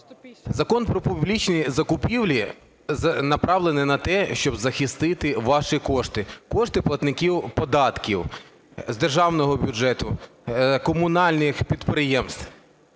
Закон "Про публічні закупівлі" направлений на те, щоб захистити ваші кошти, кошти платників податків з державного бюджету комунальних підприємств.